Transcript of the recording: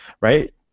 right